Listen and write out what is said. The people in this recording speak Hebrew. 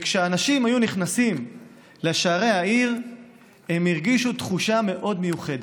וכשאנשים היו נכנסים לשערי העיר הם הרגישו תחושה מאוד מיוחדת,